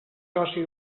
soci